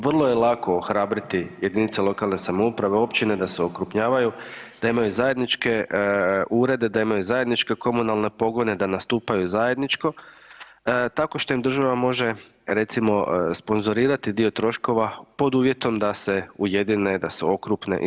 Vrlo je lako ohrabriti jedinice lokalne samouprave, općine da se okrupnjavaju, da imaju zajedničke urede, da imaju zajedničke komunalne pogone, da nastupaju zajedničko, tako što im država može, recimo sponzorirati dio troškova pod uvjetom da se ujedine, da se okrupne i sl.